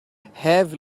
have